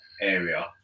area